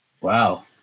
Wow